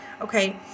Okay